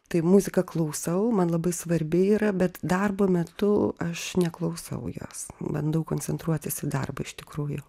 tai muziką klausau man labai svarbi yra bet darbo metu aš neklausau jos bandau koncentruotis į darbą iš tikrųjų